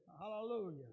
Hallelujah